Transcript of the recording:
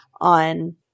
on